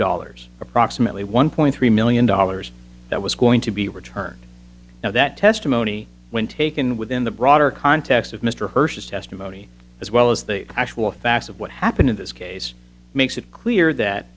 dollars approximately one point three million dollars that was going to be returned now that testimony when taken within the broader context of mr hirsch's testimony as well as the actual facts of what happened in this case makes it clear that